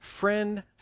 friend